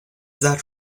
that